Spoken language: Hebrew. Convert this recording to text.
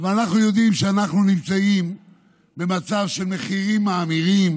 ואנחנו יודעים שאנחנו נמצאים במצב של מחירים מאמירים.